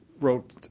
wrote